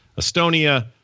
Estonia